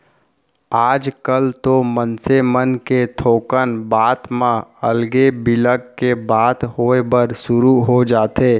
आजकल तो मनसे मन के थोकन बात म अलगे बिलग के बात होय बर सुरू हो जाथे